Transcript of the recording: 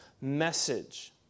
message